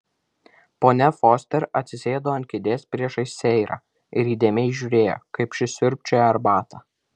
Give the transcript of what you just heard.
ponia foster atsisėdo ant kėdės priešais seirą ir įdėmiai žiūrėjo kaip ši siurbčioja arbatą